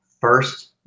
first